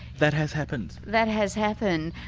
that has happened? that has happened.